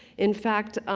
in fact,